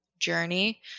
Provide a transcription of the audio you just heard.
journey